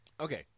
Okay